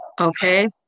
Okay